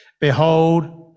behold